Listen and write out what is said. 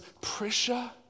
pressure